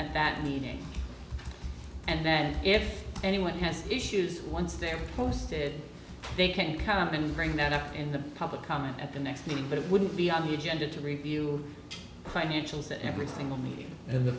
at that meeting and then if anyone has issues once they're posted they can come in and bring that up in the public comment at the next meeting but it wouldn't be on the agenda to review financials at every single meeting in the